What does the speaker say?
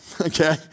Okay